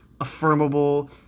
affirmable